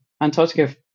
Antarctica